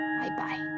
Bye-bye